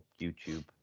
YouTube